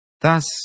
Thus